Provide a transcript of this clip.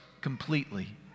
completely